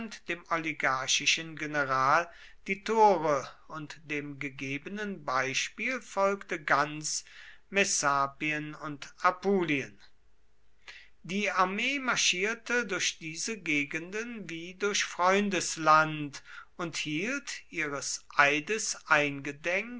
dem oligarchischen general die tore und dem gegebenen beispiel folgte ganz messapien und apulien die armee marschierte durch diese gegenden wie durch freundesland und hielt ihres eides